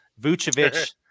Vucevic